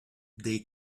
they